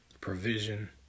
Provision